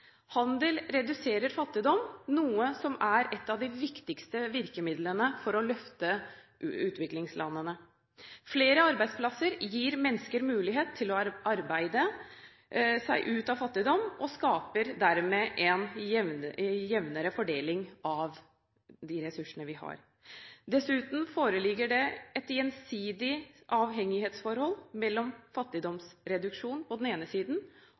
handel. Handel reduserer fattigdom, noe som er et av de viktigste virkemidlene for å løfte utviklingslandene. Flere arbeidsplasser gir mennesker mulighet til å arbeide seg ut av fattigdom og skaper dermed en jevnere fordeling av de ressursene vi har. Dessuten foreligger det et gjensidig avhengighetsforhold mellom fattigdomsreduksjon på den ene siden